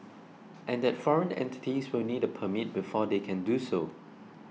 and that foreign entities will need a permit before they can do so